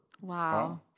Wow